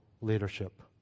leadership